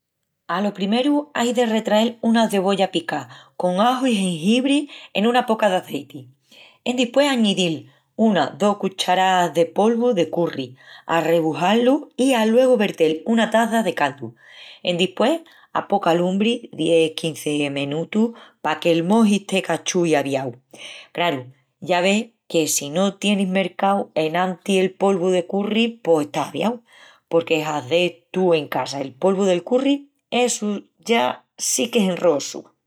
Alo primeru ai de retrael una cebolla picá con aju i jengibri en una poca d'azeiti. Endispués añidil 1-2 cucharás de polvu de curri, arrebujá-lu i aluegu vertel 1 taça de caldu. Endispués a poca lumbri 10-15 menutus paque el moji esté cachúu i aviau. Craru, ya ves que si no tienis mercau enantis el polvu de curri pos estás aviau. Porque hazel tú en casa el polvu del curri essu ya sí qu'es enreosu.